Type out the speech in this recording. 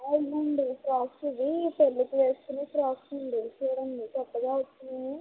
అవునండి ఫ్రాక్స్ ఇవి పెళ్ళికి వేసుకునే ఫ్రాక్స్ అండి చూడండి కొత్తగా వచ్చాయి